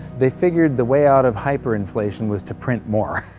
they figured the way out of hyper-inflation was to print more!